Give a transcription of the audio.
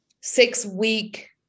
six-week